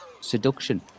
Seduction